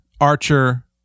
Archer